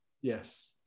Yes